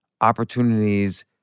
opportunities